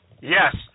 Yes